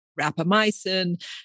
rapamycin